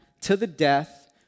to-the-death